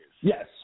Yes